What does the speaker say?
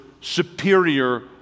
superior